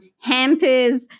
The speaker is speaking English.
hampers